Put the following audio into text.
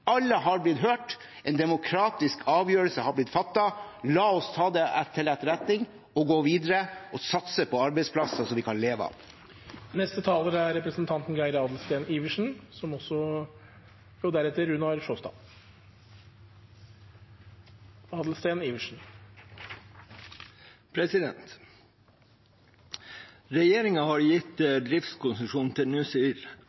Alle har blitt hørt. En demokratisk avgjørelse har blitt fattet. La oss ta det til etterretning og gå videre og satse på arbeidsplasser som vi kan leve av. Regjeringen har gitt